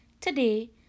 Today